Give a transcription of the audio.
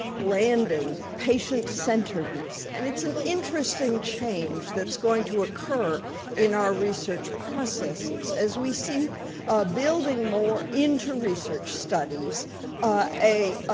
branding patient-centeredness, and it's an interesting change that's going to occur in our research processes, as we see building more into research studies a